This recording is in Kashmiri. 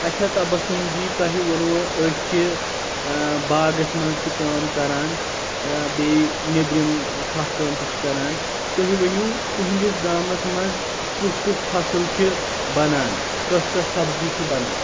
اچھا تبسُم جی تۄہہِ ووٚنوُ أسۍ چھ باغَس منٛز تہِ کٲم کران بیٚیہِ نیٚبرِم کھاہ کٲم تہِ چھ کران تُہۍ ؤنِو تُہندِس گامَس منٛز کُس کُس فصٕل چھ بنان کۄس کۄس سبزی چھ بنان